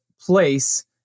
place